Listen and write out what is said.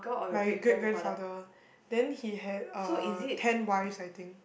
my great grandfather then he had uh ten wives I think